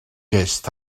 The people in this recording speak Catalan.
gest